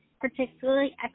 particularly